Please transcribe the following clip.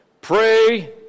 Pray